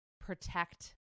protect